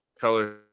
color